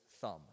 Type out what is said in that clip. thumb